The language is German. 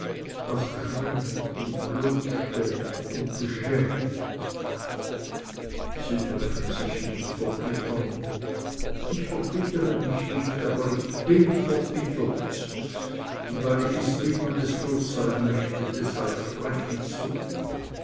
was kränkt und bloßstellt und beschämt sie dürfen sich nicht verbittern ich verbittere mich nicht aber ich bin verbittert und weil ich es bin und es los sein möchte deshalb sprech ich so